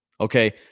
Okay